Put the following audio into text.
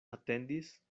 atendis